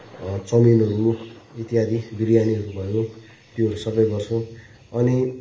चाउमिनहरू इत्यादि बिरयानीहरू भयो त्योहरू सबै गर्छु अनि